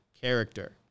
character